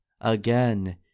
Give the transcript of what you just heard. again